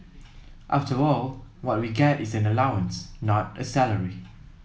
after all what we get is an allowance not a salary